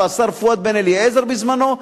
והשר פואד בן-אליעזר בזמנו,